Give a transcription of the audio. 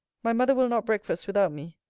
my mother will not breakfast without me.